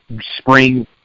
spring